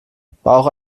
bauch